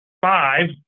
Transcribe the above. five